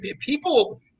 people